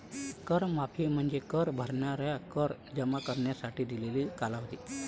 कर माफी म्हणजे कर भरणाऱ्यांना कर जमा करण्यासाठी दिलेला कालावधी